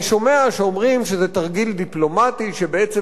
אני שומע שאומרים שזה תרגיל דיפלומטי שבעצם